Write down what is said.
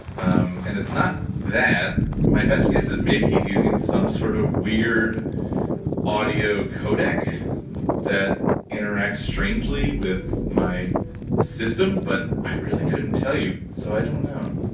um, and it's not that. my best guess is maybe he's using some sort of weird audio codec that interacts strangely with my system, but i really couldn't tell you. so i don't know.